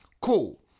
Cool